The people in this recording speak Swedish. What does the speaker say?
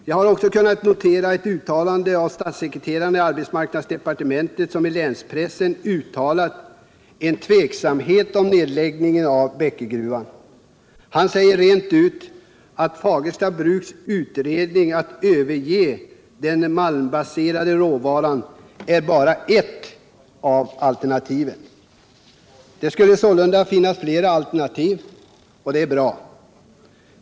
Jag har också kunnat notera ett uttalande av statssekreteraren i arbetsmarknadsdepartementet som i länspressen uttalat en tveksamhet om nedläggningen av Bäckegruvan. Han säger rent ut att Fagersta bruks planer enligt utredningen att överge den malmbaserade råvaran bara är ett av alternativen. Det finns sålunda flera alternativ. Bra!